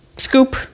Scoop